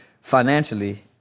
financially